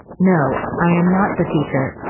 no, i am not the teacher.